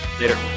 Later